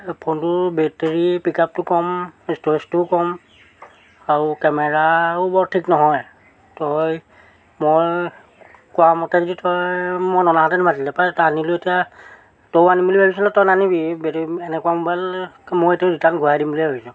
ফোনটোৰ বেটেৰী পিকআপটো কম ষ্টৰেজটোও কম আৰু কেমেৰাও বৰ ঠিক নহয় তই মই কোৱা মতে যদি তই মই ননাহেতেন ভাল আছিলে এটা আনিলোঁ এতিয়া তইও আনিম বুলি ভাবিছিলি নহয় তই নানিবি এই বেটেৰী এনেকুৱা মোবাইল মই এইটো ৰিটাৰ্ণ ঘূৰাই দিম বুলি ভাবিছোঁ